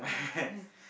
my